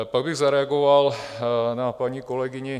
Pak bych zareagoval na paní kolegyni.